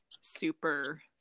super